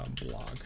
blog